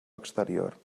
exterior